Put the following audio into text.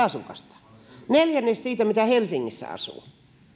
asukasta neljännes siitä mitä helsingissä asuu